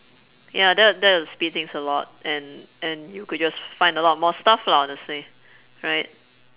ya that w~ that would speed things a lot and and you could just find a lot of more stuff lah honestly right